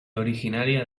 originaria